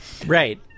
Right